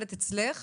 אצלך